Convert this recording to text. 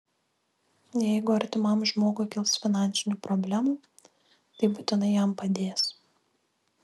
jeigu artimam žmogui kils finansinių problemų tai būtinai jam padės